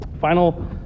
Final